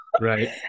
right